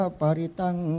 paritang